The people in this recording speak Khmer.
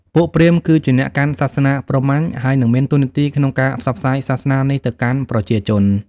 ពួកព្រាហ្មណ៍ គឺជាអ្នកកាន់សាសនាព្រាហ្មញ្ញ ហើយនិងមានតួនាទីក្នុងការផ្សព្វផ្សាយសាសនានេះទៅកាន់ប្រជាជន។